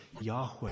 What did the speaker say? Yahweh